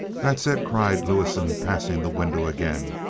that's it! cried lewison, passing the window again.